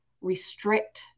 restrict